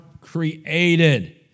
created